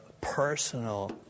personal